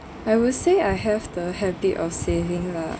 I will say I have the habit of saving lah